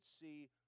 see